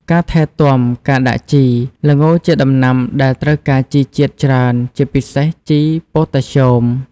ការថែទាំ ការដាក់ជី ល្ងជាដំណាំដែលត្រូវការជីជាតិច្រើន ជាពិសេស ជីប៉ូតាស្យូម។